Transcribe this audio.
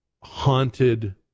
haunted